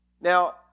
Now